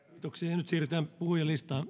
nyt siirrytään puhujalistaan